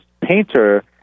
painter